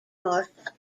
norfolk